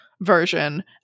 version